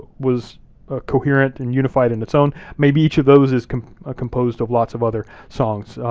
was coherent and unified in its own. maybe each of those is ah composed of lots of other songs.